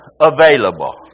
available